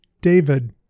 David